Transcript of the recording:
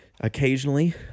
occasionally